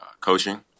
coaching